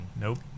Nope